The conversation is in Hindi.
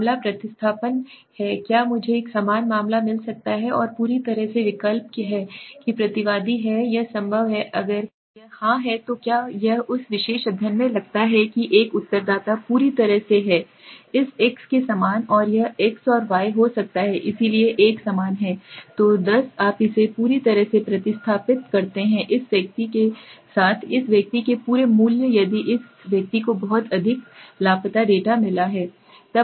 मामला प्रतिस्थापन है क्या मुझे एक समान मामला मिल सकता है और पूरी तरह से विकल्प है कि प्रतिवादी है यह संभव है अगर यह हाँ है तो क्या यह उस विशेष अध्ययन में लगता है कि एक उत्तरदाता पूरी तरह से है इस x के समान और यह x और y हो सकता है इसलिए एक समान है तो दस आप इसे पूरी तरह से प्रतिस्थापित करते हैं इस व्यक्ति के साथ इस व्यक्ति के पूरे मूल्य यदि इस व्यक्ति को बहुत अधिक लापता डेटा मिला है